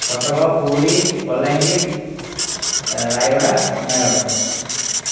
Cuttack Puri Balangir Rayagada Nayagarh